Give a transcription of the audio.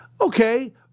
okay